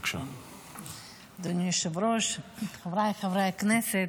אדוני היושב-ראש, חבריי חברי הכנסת,